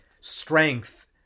strength